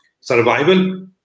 survival